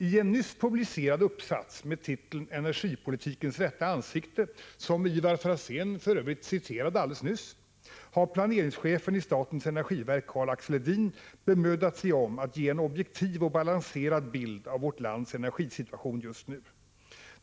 I en nyss publicerad uppsats med titeln Energipolitikens rätta ansikte, som Ivar Franzén citerade alldeles nyss, har planeringschefen i statens energiverk Karl-Axel Edin bemödat sig om att ge en objektiv och balanserad bild av vårt lands energisituation just nu.